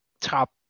top